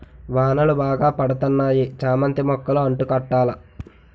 వానలు బాగా పడతన్నాయి చామంతి మొక్కలు అంటు కట్టాల